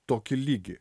tokį lygį